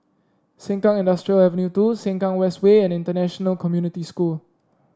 Sengkang Industrial Avenue two Sengkang West Way and International Community School